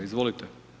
Izvolite.